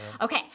Okay